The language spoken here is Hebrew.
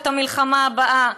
את המלחמה הבאה?